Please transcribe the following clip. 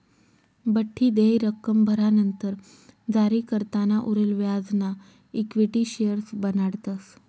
बठ्ठी देय रक्कम भरानंतर जारीकर्ताना उरेल व्याजना इक्विटी शेअर्स बनाडतस